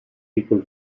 sequel